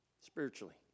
spiritually